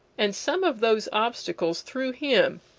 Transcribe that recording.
and some of those obstacles, through him,